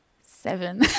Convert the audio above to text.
seven